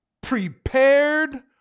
prepared